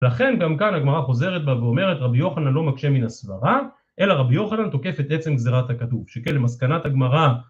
לכן גם כאן הגמרא חוזרת בה ואומרת רבי יוחנן לא מקשה מן הסברה, אלא רבי יוחנן תוקפת עצם גזירת הכתוב שכן למסקנת הגמרא